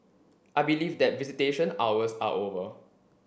I believe that visitation hours are over